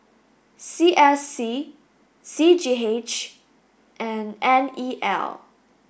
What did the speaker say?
C S C C G H and N E L